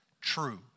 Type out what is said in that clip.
true